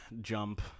jump